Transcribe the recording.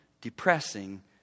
depressing